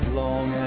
long